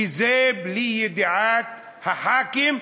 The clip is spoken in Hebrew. וזה בלי ידיעת חברי הכנסת,